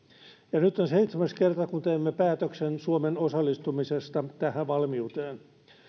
nyt on seitsemäs kerta kun teemme päätöksen suomen osallistumisesta tähän valmiuteen